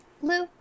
blue